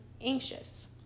anxious